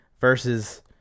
versus